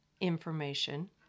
information